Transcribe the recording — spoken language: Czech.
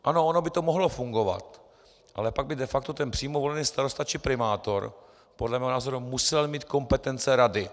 Ano, ono by to mohlo fungovat, ale pak by de facto ten přímo volený starosta či primátor podle mého názoru musel mít kompetence rady.